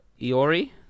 Iori